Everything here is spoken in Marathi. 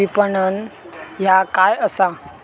विपणन ह्या काय असा?